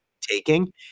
taking